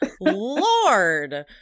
Lord